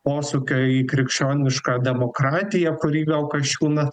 posūkio į krikščionišką demokratiją kurį gal kasčiūnas